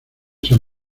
san